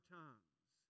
tongues